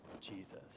jesus